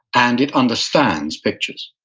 and it understands pictures.